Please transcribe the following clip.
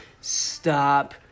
stop